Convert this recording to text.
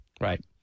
Right